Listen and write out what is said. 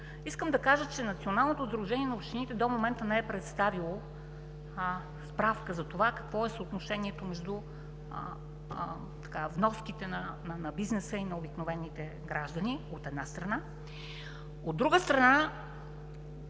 Искам да кажа, че Националното сдружение на общините до момента не е представило справка за това какво е съотношението между вноските на бизнеса и на обикновените граждани, от една страна,